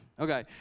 okay